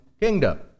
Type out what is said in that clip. kingdom